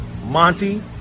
Monty